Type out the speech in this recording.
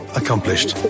accomplished